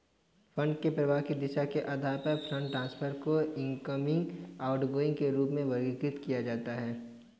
fund के प्रवाह की दिशा के आधार पर फंड ट्रांसफर को इनकमिंग, आउटगोइंग के रूप में वर्गीकृत किया जाता है